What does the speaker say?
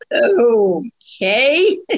okay